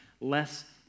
less